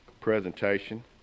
presentation